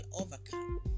overcome